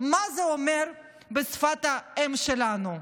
מה זה אומר בשפת האם שלנו,